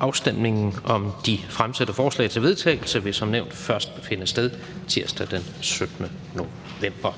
Afstemningen om de fremsatte forslag til vedtagelse vil som nævnt først finde sted tirsdag den 17. november